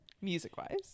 music-wise